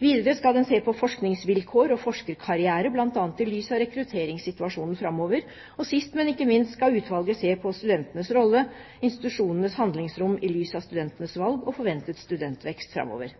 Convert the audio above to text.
Videre skal den se på forskningsvilkår og forskerkarriere, bl.a. i lys av rekrutteringssituasjonen framover, og sist, men ikke minst skal utvalget se på studentenes rolle: institusjonenes handlingsrom i lys av studentenes valg og forventet studentvekst framover.